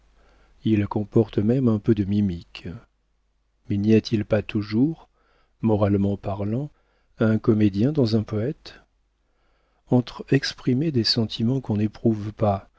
il comporte même un peu de mimique mais n'y a-t-il pas toujours moralement parlant un comédien dans un poëte entre exprimer des sentiments qu'on n'éprouve pas